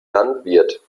landwirt